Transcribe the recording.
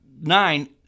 nine